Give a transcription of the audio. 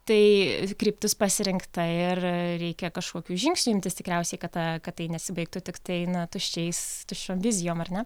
tai kryptis pasirinkta ir reikia kažkokių žingsnių imtis tikriausiai kad ta kad tai nesibaigtų tiktai na tuščiais tuščiom vizijom ar ne